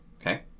Okay